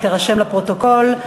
היא רק תירשם לפרוטוקול,